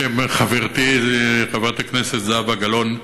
בשם חברתי חברת הכנסת זהבה גלאון,